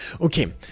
Okay